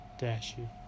Dashie